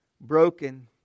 broken